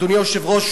אדוני היושב-ראש,